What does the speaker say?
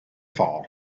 fall